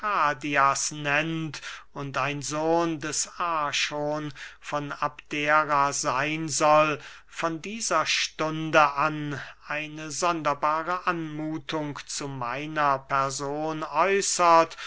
und ein sohn des archon von abdera seyn soll von dieser stunde an eine sonderbare anmuthung zu meiner person